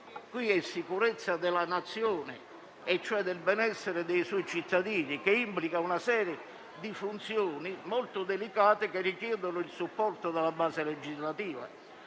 di sicurezza della Nazione e cioè del benessere dei suoi cittadini, che implica una serie di funzioni molto delicate, che richiedono il supporto della base legislativa: